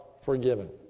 forgiven